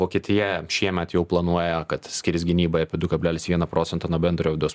vokietija šiemet jau planuoja kad skirs gynybai apie du kablelis vieną procento nuo bendrojo vidaus